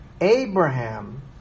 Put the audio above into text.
Abraham